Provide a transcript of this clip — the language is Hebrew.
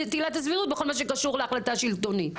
עילת הסבירות בכל מה שקשור להחלטה שלטונית.